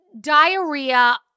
diarrhea